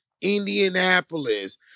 Indianapolis